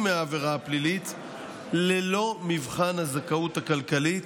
מהעבירה הפלילית ללא מבחן הזכאות הכלכלית,